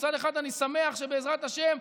מצד אחד, אני שמח שבעזרת השם,